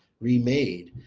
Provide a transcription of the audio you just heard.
remade,